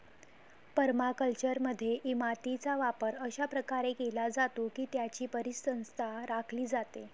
परमाकल्चरमध्ये, मातीचा वापर अशा प्रकारे केला जातो की त्याची परिसंस्था राखली जाते